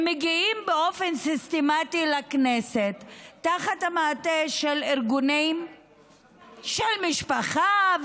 הם מגיעים באופן סיסטמתי לכנסת תחת המעטה של ארגונים של משפחה,